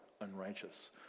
unrighteous